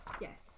Yes